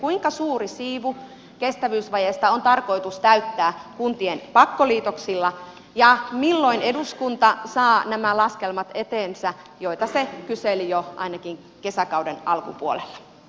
kuinka suuri siivu kestävyysvajeesta on tarkoitus täyttää kuntien pakkoliitoksilla ja milloin eduskunta saa nämä laskelmat eteensä joita se kyseli jo ainakin kesäkauden alkupuolella